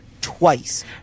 twice